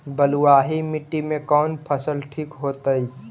बलुआही मिट्टी में कौन फसल ठिक होतइ?